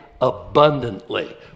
abundantly